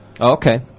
Okay